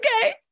Okay